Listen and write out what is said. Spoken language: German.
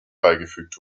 beigefügt